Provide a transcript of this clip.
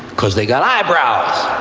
because they got eyebrows,